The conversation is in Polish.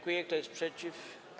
Kto jest przeciw?